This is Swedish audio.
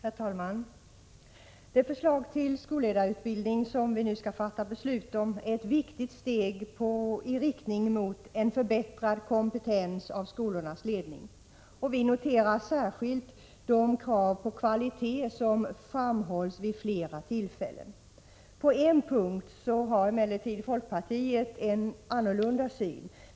Herr talman! Det förslag till skolledarutbildningen som riksdagen nu skall fatta beslut om är ett viktigt steg i riktning mot en förbättrad kompetens hos skolornas ledning. Vi noterar särskilt de krav på kvalitet som framhålls vid flera tillfällen. På en punkt har emellertid folkpartiet en annorlunda syn.